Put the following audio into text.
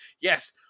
Yes